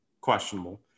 questionable